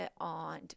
on